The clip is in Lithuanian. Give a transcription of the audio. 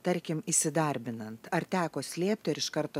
tarkim įsidarbinant ar teko slėpti ar iš karto